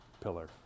pillar